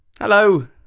Hello